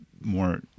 more